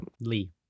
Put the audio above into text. Lee